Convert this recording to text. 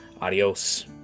adios